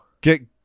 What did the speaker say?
Get